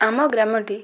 ଆମ ଗ୍ରାମଟି